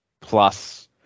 plus